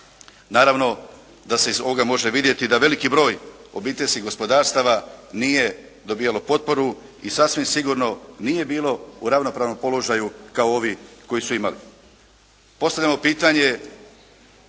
Naravno da se iz ovoga može vidjeti da veliki broj obiteljskih gospodarstava nije dobivao potporu i sasvim sigurno nije bilo u ravnopravnom položaju kao ovi koji su imali.